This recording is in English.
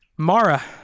Mara